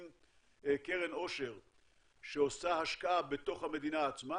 קרן עושר שעושה השקעה בתוך המדינה עצמה,